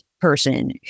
person